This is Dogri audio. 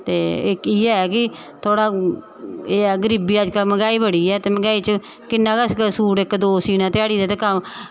ते इक्क इ'यै कि थोह्ड़ा एह् ऐ कि गरीबी अजकल्ल बड़ी ते मैहंगाई बड़ी ऐ ते मैंह्गाई च किन्ना गै अस ते सूट इक्क दौ सीह्ना ध्याड़ी दे ते कम्म